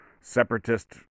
separatist